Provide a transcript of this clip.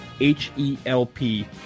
H-E-L-P